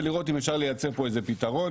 ולראות אם אפשר לייצר פה איזה פתרון.